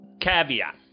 Caveat